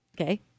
Okay